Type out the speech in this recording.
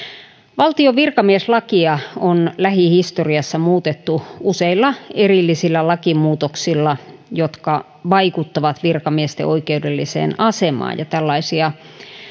valtion virkamieslakia on lähihistoriassa muutettu useilla erillisillä lakimuutoksilla jotka vaikuttavat virkamiesten oikeudelliseen asemaan tällaisia